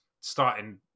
starting